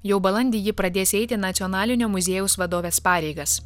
jau balandį ji pradės eiti nacionalinio muziejaus vadovės pareigas